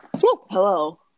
hello